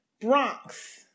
Bronx